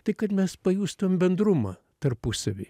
tai kad mes pajustum bendrumą tarpusavy